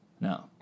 No